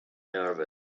nervous